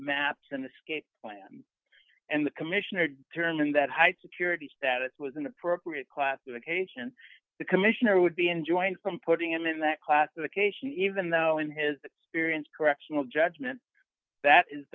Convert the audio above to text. maps in the skate plan and the commissioner determined that high security status was an appropriate classification the commissioner would be enjoined from putting him in that classification even though in his the syrians correctional judgment that is